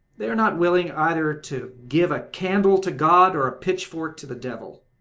they are not willing either to give a candle to god or a pitchfork to the devil!